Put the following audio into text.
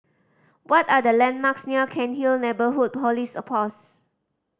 what are the landmarks near Cairnhill Neighbourhood Police Post